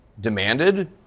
demanded